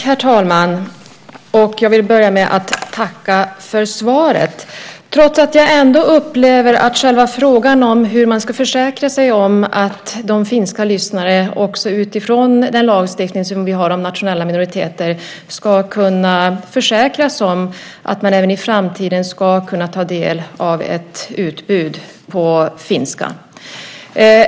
Herr talman! Jag vill börja med att tacka för svaret. Själva frågan handlar om hur man ska kunna säkerställa att finska lyssnare, med hänsyn till den lagstiftning om nationella minoriteter som finns, även i framtiden ska kunna ta del av ett programutbud på finska.